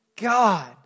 God